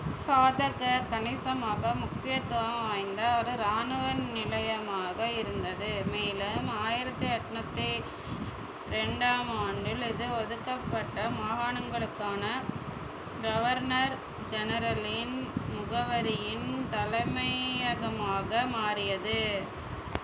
ஃபாதகர் கணிசமாக முக்கியத்துவம் வாய்ந்த ஒரு ராணுவ நிலையமாக இருந்தது மேலும் ஆயிரத்தி எட்நூற்றி ரெண்டாம் ஆண்டில் இதில் ஒதுக்கப்பட்ட மாகாணங்களுக்கான கவர்னர் ஜெனரலின் முகவரியின் தலையமையகமாக மாறியது